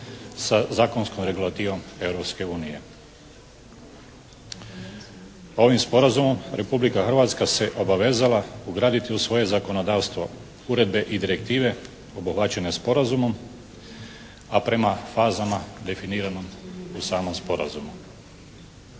sa zakonskom regulativom Europske unije. Ovim sporazumom Republika Hrvatska se obavezala ugraditi u svoje zakonodavstvo uredbe i direktive obogaćene sporazumom, a prema fazama definiranom u samom sporazumu.